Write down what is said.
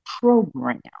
program